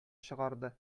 чыгарды